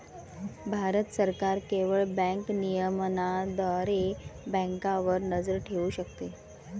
भारत सरकार केवळ बँक नियमनाद्वारे बँकांवर नजर ठेवू शकते